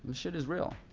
shit is real.